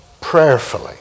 prayerfully